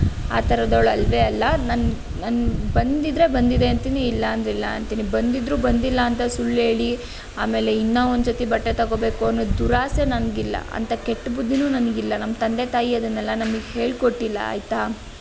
ಆ ಥರದವಳು ಅಲ್ಲವೇ ಅಲ್ಲ ನನ್ನ ನನಗೆ ಬಂದಿದ್ದರೆ ಬಂದಿದೆ ಅಂತೀನಿ ಇಲ್ಲಂದರೆ ಇಲ್ಲ ಅಂತೀನಿ ಬಂದಿದ್ದರೂ ಬಂದಿಲ್ಲ ಅಂತ ಸುಳ್ಳೇಳಿ ಆಮೇಲೆ ಇನ್ನೂ ಒಂದು ಜೊತೆ ಬಟ್ಟೆ ತೊಗೋಬೇಕು ಅನ್ನೋ ದುರಾಸೆ ನನಗಿಲ್ಲ ಅಂಥ ಕೆಟ್ಟ ಬುದ್ಧಿಯೂ ನನಗಿಲ್ಲ ನಮ್ಮ ತಂದೆ ತಾಯಿ ಅದನ್ನೆಲ್ಲ ನಮಗೆ ಹೇಳಿಕೊಟ್ಟಿಲ್ಲ ಆಯಿತಾ